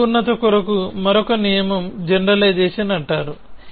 ఇప్పుడు పరిపూర్ణత కొరకు మరొక నియమం జెనరలైజేషన్ అంటారు